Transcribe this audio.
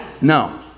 No